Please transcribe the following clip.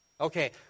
Okay